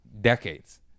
decades